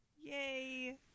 Yay